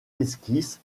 esquisses